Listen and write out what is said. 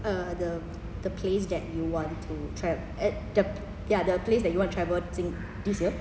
uh the the place that you want to tra~ at the ya the place that you want to travel 今 this year